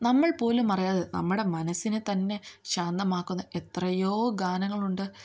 നമ്മൾ പോലും അറിയാതെ നമ്മുടെ മനസ്സിനെ തന്നെ ശാന്തമാക്കുന്ന എത്രയോ ഗാനങ്ങളുണ്ട്